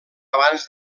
abans